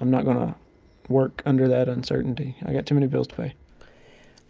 i'm not going to work under that uncertainty. i got too many bills to pay